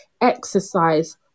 exercise